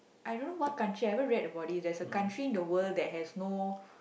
I don't know what country I haven't read about this there's a country in the world that has no